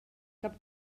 cap